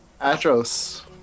Atros